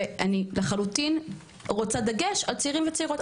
ואני לחלוטין רוצה דגש על צעירים וצעירות,